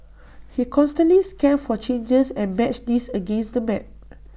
he constantly scanned for changes and matched these against the map